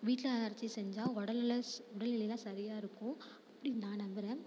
வீட்டில் அரைச்சி செஞ்சால் உடல் நெலை உடல் நிலையெல்லாம் சரியாக இருக்கும் அப்படின் நான் நம்புகிறேன்